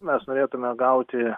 mes norėtume gauti